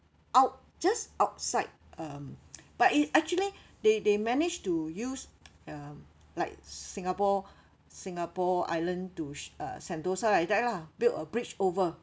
out just outside um but it actually they they manage to use um like singapore singapore island to sh~ uh sentosa like that lah build a bridge over